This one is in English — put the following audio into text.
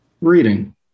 Reading